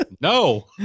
No